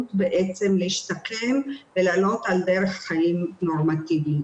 האפשרות להשתקם ולעלות על דרך חיים נורמטיבית.